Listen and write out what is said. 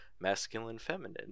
masculine-feminine